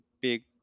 big